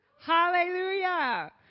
Hallelujah